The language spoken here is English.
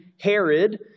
Herod